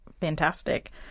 fantastic